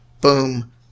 boom